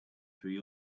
through